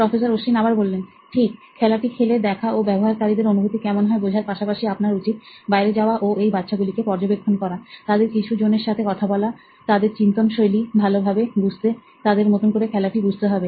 professor Ashwin ঠিক খেলাটি খেলে দেখা ও ব্যবহারকারীদের অনুভূতি কেমন হয় বোঝার পাশাপাশি আপনার উচিৎ বাইরে যাওয়া ও এই বাচ্চাগুলোকে পর্যবেক্ষণ করা তাদের কিছু জনের সাথে কথা বলাতাদের চিন্তনশৈলী ভালো ভাবে বুঝতে তাদের মতন করে খেলাটি বুঝতে হবে